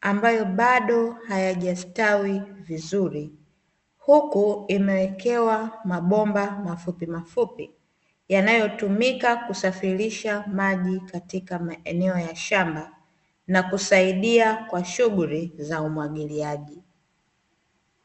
ambayo bado hayajastawi vizuri, huku imeekewa mabomba mafupimafupi yanayotumika kusafirisha maji katika maeneo ya shamba. Na kusaidia kwa shughuli za umwagiliaji.